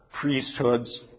priesthoods